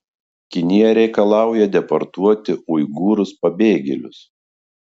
kinija reikalauja deportuoti uigūrus pabėgėlius